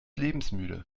lebensmüde